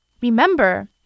Remember